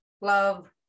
love